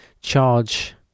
charge